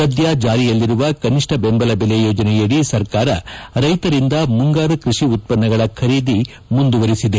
ಸದ್ಯ ಜಾರಿಯಲ್ಲಿರುವ ಕನಿಷ್ಣ ಬೆಂಬಲ ಬೆಲೆ ಯೋಜನೆಯಡಿ ಸರ್ಕಾರ ರೈತರಿಂದ ಮುಂಗಾರು ಕ್ಪಷಿ ಉತ್ಪನ್ನಗಳ ಖರೀದಿ ಮುಂದುವರಿಸಿದೆ